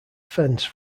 fence